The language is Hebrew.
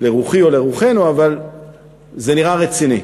לרוחי או לרוחנו, אבל זה נראה רציני.